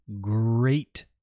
great